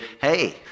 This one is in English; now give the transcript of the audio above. hey